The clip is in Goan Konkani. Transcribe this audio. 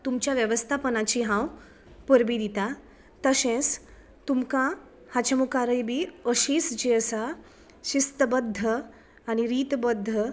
तुमच्या वेवस्थापनाची हांव परबीं दितां तशेंच तुमकां हाचे मुखारय बी अशींच जी आसा शिस्तबद्ध आनी रितबद्ध